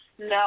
No